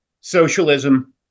socialism